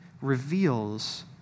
reveals